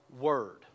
word